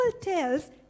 tells